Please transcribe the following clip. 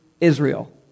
Israel